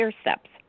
steps